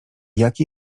jaki